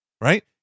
right